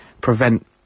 prevent